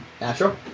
Natural